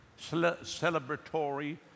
celebratory